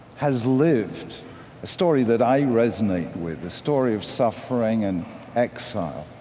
has lived a story that i resonate with, the story of suffering and exile,